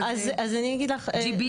GBL?